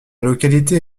localité